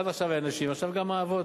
עד עכשיו היה לנשים, עכשיו גם לאבות,